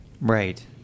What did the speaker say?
Right